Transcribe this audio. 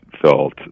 felt